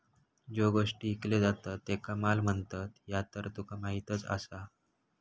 ज्यो गोष्टी ईकले जातत त्येंका माल म्हणतत, ह्या तर तुका माहीतच आसा